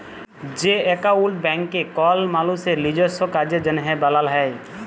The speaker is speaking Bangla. যে একাউল্ট ব্যাংকে কল মালুসের লিজস্য কাজের জ্যনহে বালাল হ্যয়